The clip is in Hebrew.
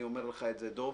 אני אומר לך את זה דב,